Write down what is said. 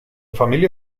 familia